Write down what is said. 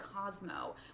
Cosmo